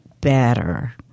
better